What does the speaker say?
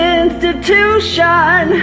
institution